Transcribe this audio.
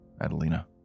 Adelina